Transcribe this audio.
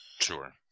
Sure